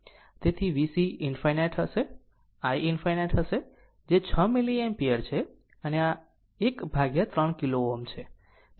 તેથી VC ∞હશે i ∞ હશે જે 6 મિલિએમ્પિયર છે અને આ એક ભાગ્યા ત્રણ કિલો Ω છે